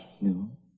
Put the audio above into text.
No